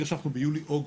שאנחנו ביולי אוגוסט.